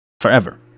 forever